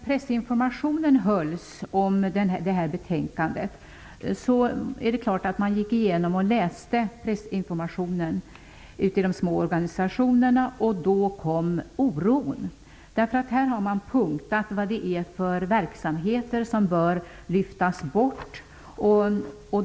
Pressinformation om det här aktuella betänkandet läste man naturligtvis ute i de små organisationerna. Då kom oron. Här har man punktat upp vad det är för verksamheter som bör lyftas bort.